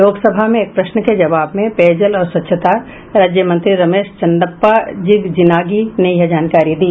लोकसभा में एक प्रश्न के जबाव में पेयजल और स्वच्छता राज्य मंत्री रमेश चंदप्पा जिगजिनागी ने यह जानकारी दी